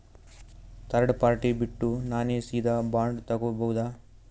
Third party ಬಿಟ್ಟು ನಾನೇ ಸೀದಾ ಬಾಂಡ್ ತೋಗೊಭೌದಾ?